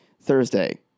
Thursday